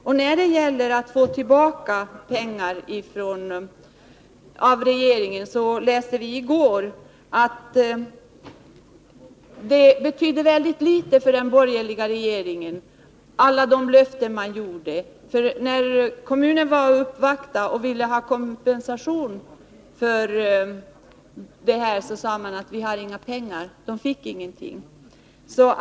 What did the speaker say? När det gäller möjligheterna att få tillbaka pengar av regeringen kunde vi i går läsa att alla de löften som den borgerliga regeringen avgav nu betyder mycket litet för regeringen. När kommunen uppvaktade regeringen och ville ha kompensation sade man: Vi har inga pengar. Kommunen fick ingenting.